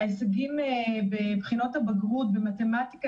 ההישגים בבחינות הבגרות במתמטיקה